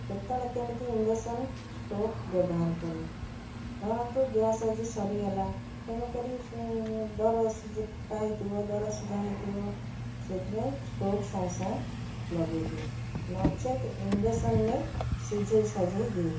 କେତେବେଳେ କେମିତି induction stove ବ୍ୟବହାର କରେ ଧରନ୍ତୁ ଗ୍ୟାସ୍ ଆଜି ସରିଗଲା ତେଣୁକରି ଦରସିଝା ଫୁଟା ହେଇଥିବ ଦରସିଝା ହେଇଥିବ ସେଇଥିପାଇଁ ଷ୍ଟୋଭ୍ ସାଙ୍ଗ ସାଙ୍ଗ ଲଗାଇ ଦିଏ ନଚେତ୍ ଇଣ୍ଡକ୍ସନରେ ସିଝାଇ ସାଝେଇ ଦିଏ